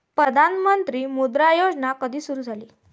प्रधानमंत्री मुद्रा योजना कधी सुरू झाली?